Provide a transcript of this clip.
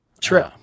True